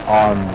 on